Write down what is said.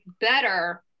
better